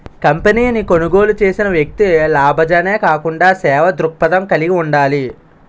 కంపెనీని కొనుగోలు చేసిన వ్యక్తి లాభాజనే కాకుండా సేవా దృక్పథం కలిగి ఉండాలి